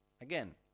Again